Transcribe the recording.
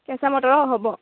কেচাঁ মটৰ অঁ হ'ব